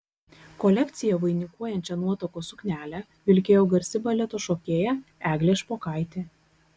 kolekciją vainikuojančią nuotakos suknelę vilkėjo garsi baleto šokėja eglė špokaitė